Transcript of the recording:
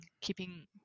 keeping